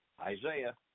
Isaiah